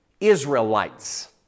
Israelites